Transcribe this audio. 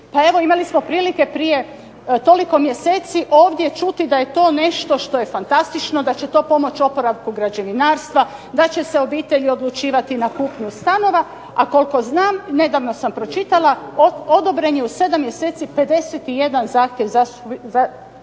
pa evo imali smo prilike prije toliko mjeseci ovdje čuti da je to nešto što je fantastično, da će to pomoći oporavku građevinarstva, da će se obitelji odlučivati na kupnju stanova, a koliko znam nedavno sam pročitala odobren je u sedam mjeseci 51 zahtjev za